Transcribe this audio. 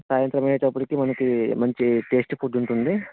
సాయంత్రం అయ్యేటప్పటికి మనకి మంచి టేస్టీ ఫుడ్ ఉంటుంది